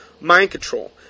mind-control